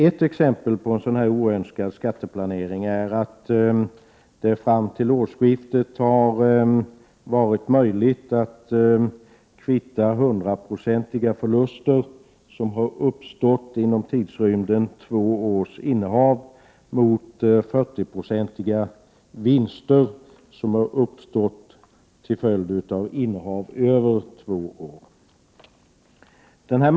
Ett exempel på sådan oönskad skatteplanering är att det fram till årsskiftet har varit möjligt att kvitta 100-procentiga förluster som har uppstått under två års innehav mot 40-procentiga vinster som har uppstått vid innehav under längre tid än två år.